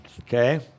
Okay